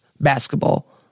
basketball